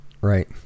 right